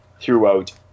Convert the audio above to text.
throughout